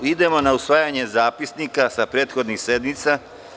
Idemo na usvajanje zapisnika sa prethodnih sednica.